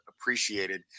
appreciated